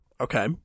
Okay